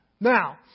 Now